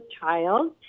child